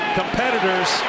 competitors